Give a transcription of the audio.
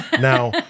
Now